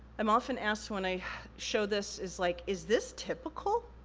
i'm often asked when i show this, is like, is this typical?